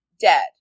dead